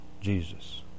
Jesus